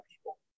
people